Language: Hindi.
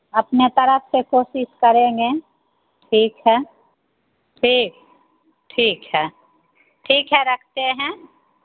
अपने तरफ से कोशिश करेंगे ठीक है ठीक ठीक है ठीक है रखते हैं